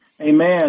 Amen